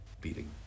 beating